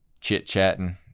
chit-chatting